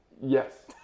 Yes